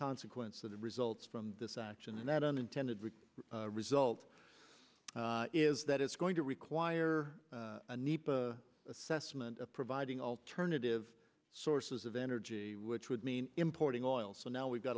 consequence of the results from this action and that unintended result is that it's going to require a need assessment of providing alternative sources of energy which would mean importing oil so now we've got